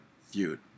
feud